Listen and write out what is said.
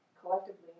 collectively